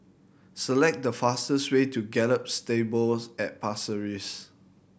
select the fastest way to Gallop Stables at Pasir Ris